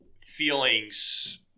feelings